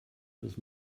does